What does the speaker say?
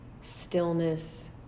stillness